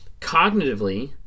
cognitively